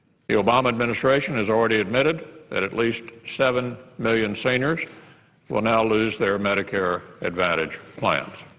the obama administration has already admitted that at least seven million seniors will now lose their medicare advantage plans.